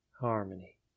Harmony